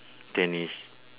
tennis